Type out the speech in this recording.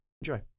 Enjoy